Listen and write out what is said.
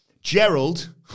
Gerald